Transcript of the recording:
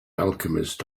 alchemist